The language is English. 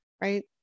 right